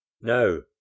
no